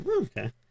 okay